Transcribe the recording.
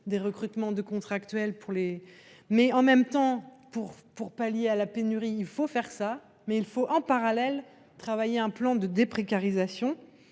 des recrutements de contractuels pour les. Mais en même temps pour pour pallier à la pénurie, il faut faire ça mais il faut en parallèle travailler un plan de déprécarisation